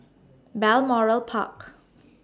Balmoral Park